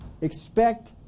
expect